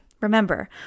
Remember